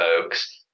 folks